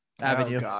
avenue